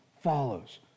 follows